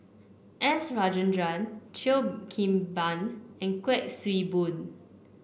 S Rajendran Cheo Kim Ban and Kuik Swee Boon